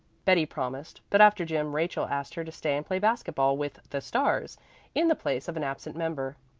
betty promised, but after gym rachel asked her to stay and play basket-ball with the stars in the place of an absent member.